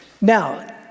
Now